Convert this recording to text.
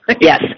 Yes